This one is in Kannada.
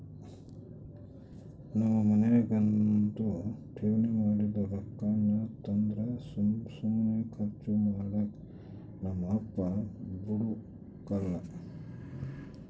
ನಮ್ ಮನ್ಯಾಗಂತೂ ಠೇವಣಿ ಮಾಡಿದ್ ರೊಕ್ಕಾನ ತಂದ್ರ ಸುಮ್ ಸುಮ್ನೆ ಕರ್ಚು ಮಾಡಾಕ ನಮ್ ಅಪ್ಪ ಬುಡಕಲ್ಲ